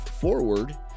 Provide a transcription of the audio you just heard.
forward